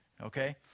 okay